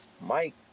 Mike